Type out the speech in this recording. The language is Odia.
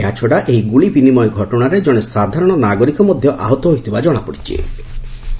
ଏହାଛଡ଼ା ଏହି ଗୁଳିବିନିମୟ ଘଟଣାରେ ଜଣେ ସାଧାରଣ ନାଗରିକ ମଧ୍ୟ ଆହତ ହୋଇଥିବା ଜଣାପଡ଼ିଚ୍ଚି